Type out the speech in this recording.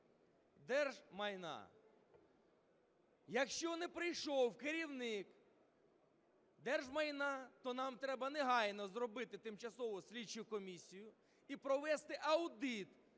держмайна. Якщо не прийшов керівник держмайна, то нам треба негайно зробити тимчасову слідчу комісію і провести аудит